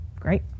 Great